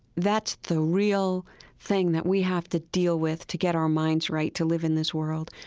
that's the real thing that we have to deal with to get our minds right to live in this world.